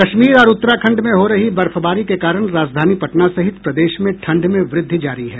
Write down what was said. कश्मीर और उत्तराखंड में हो रही बर्फबारी के कारण राजधानी पटना सहित प्रदेश में ठंड में वृद्धि जारी है